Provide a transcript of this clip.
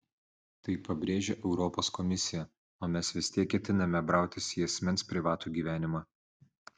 tai pabrėžia europos komisija o mes vis tiek ketiname brautis į asmens privatų gyvenimą